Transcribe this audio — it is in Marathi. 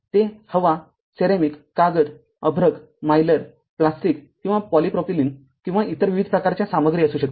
ते हवासिरॅमिक कागद अभ्रक मायलर पॉलिस्टर किंवा पॉलीप्रॉपिलिन किंवा इतर विविध प्रकारच्या सामग्री असू शकते